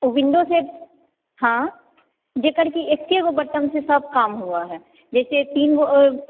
ओ window set हाँ जेकर कि एक्के गो बटम सऽ सब काम हुअ हय जइ से तीन गो